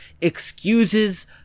excuses